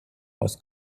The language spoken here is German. aus